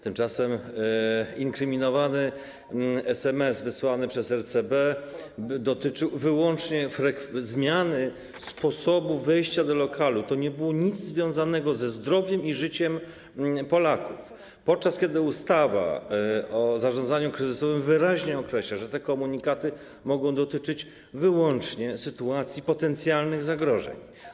Tymczasem inkryminowany SMS wysłany przez RCB dotyczył wyłącznie zmiany sposobu wejścia do lokalu, to nie było nic związanego ze zdrowiem i życiem Polaków, podczas gdy ustawa o zarządzaniu kryzysowym wyraźnie określa, że te komunikaty mogą dotyczyć wyłącznie sytuacji potencjalnych zagrożeń.